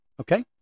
okay